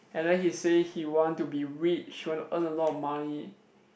and then he say he want to be rich he want to earn a lot of money